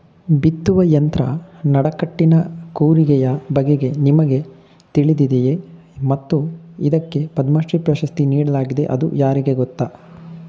ಬಿತ್ತುವ ಯಂತ್ರ ನಡಕಟ್ಟಿನ ಕೂರಿಗೆಯ ಬಗೆಗೆ ನಿಮಗೆ ತಿಳಿದಿದೆಯೇ ಮತ್ತು ಇದಕ್ಕೆ ಪದ್ಮಶ್ರೀ ಪ್ರಶಸ್ತಿ ನೀಡಲಾಗಿದೆ ಅದು ಯಾರಿಗೆ ಗೊತ್ತ?